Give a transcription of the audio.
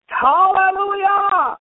hallelujah